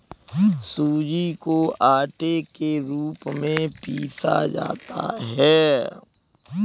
सूजी को आटे के रूप में पीसा जाता है